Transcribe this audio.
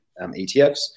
ETFs